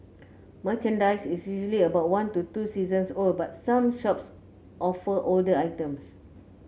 merchandise is usually about one to two seasons old but some shops offer older items